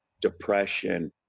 depression